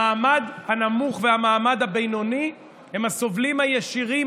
המעמד הנמוך והמעמד הבינוני הם הסובלים הישירים,